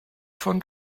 von